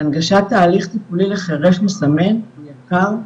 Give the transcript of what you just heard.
הנגשת תהליך טיפולי לחירש מסמן הוא יקר מאוד,